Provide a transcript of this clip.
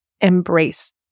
embrace